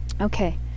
Okay